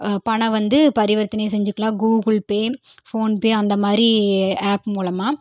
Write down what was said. பணம் வந்து பரிவர்த்தனை செஞ்சிக்கலாம் கூகுள்பே ஃபோன்பே அந்தமாதிரி ஆப் மூலமாக